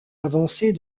avancées